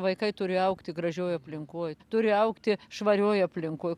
vaikai turi augti gražioj aplinkoj turi augti švarioj aplinkoj